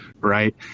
right